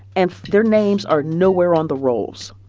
and their names are nowhere on the rolls,